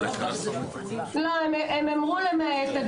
כולכם יודעים שלמועצה אין שום יכולת להתמודד